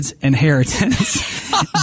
inheritance